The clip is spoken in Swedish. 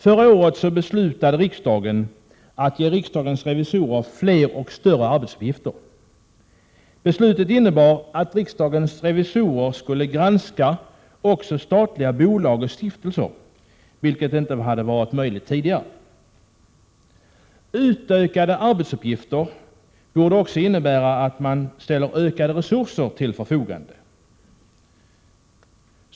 Förra året beslutade riksdagen att ge riksdagens revisorer fler och större arbetsuppgifter. Beslutet innebar att riksdagens revisorer skulle granska också statliga bolag och stiftelser, vilket inte hade varit möjligt tidigare. Utökade arbetsuppgifter borde också innebära att man ställer ökade resurser till förfogande.